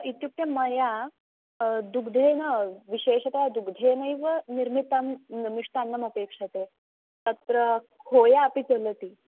इत्युक्ते मया दुग्धेन विशेषतः दुग्धेनैव निर्मितं मिष्टान्नमपेक्षते तत्र खोया अपि चलति